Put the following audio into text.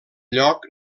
lloc